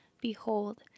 Behold